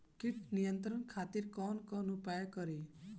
कीट नियंत्रण खातिर कवन कवन उपाय करी?